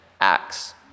acts